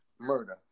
murder